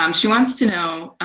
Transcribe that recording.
um she wants to know